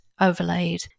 overlaid